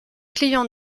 clients